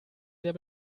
sehr